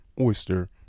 oyster